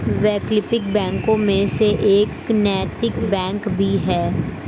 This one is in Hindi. वैकल्पिक बैंकों में से एक नैतिक बैंक भी है